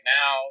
now